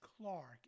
Clark